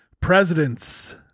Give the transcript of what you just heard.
presidents